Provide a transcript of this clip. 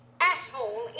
asshole